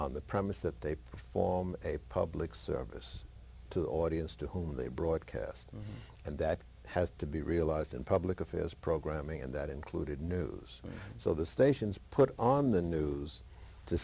on the premise that they perform a public service to the audience to whom they broadcast and that has to be realized in public affairs programming and that included news so the stations put on the news to